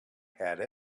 had